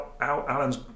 Alan's